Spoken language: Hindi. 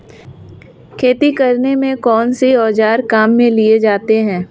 खेती करने में कौनसे औज़ार काम में लिए जाते हैं?